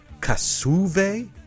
Kasuve